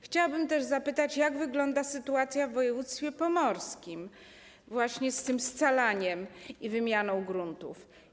Chciałabym też zapytać, jak wygląda sytuacja w województwie pomorskim związana właśnie ze scalaniem i wymianą gruntów.